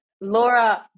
Laura